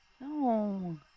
No